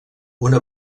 una